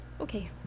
Okay